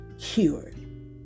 cured